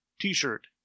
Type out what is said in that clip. t-shirt